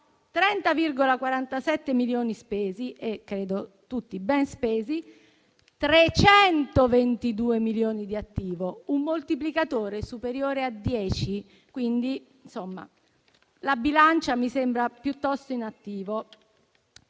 30,47 milioni spesi - credo tutti ben spesi - sono stati 322 i milioni di attivo, un moltiplicatore superiore a dieci, quindi la bilancia mi sembra piuttosto in attivo.